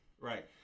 right